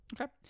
Okay